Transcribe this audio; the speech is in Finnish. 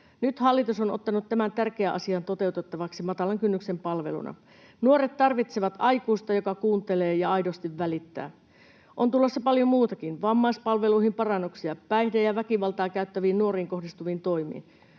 Nyt hallitus on ottanut tämän tärkeän asian toteutettavaksi matalan kynnyksen palveluna. Nuoret tarvitsevat aikuista, joka kuuntelee ja aidosti välittää. On tulossa paljon muutakin: vammaispalveluihin parannuksia, päihde- ja väkivaltaa käyttäviin nuoriin kohdistuvia toimia,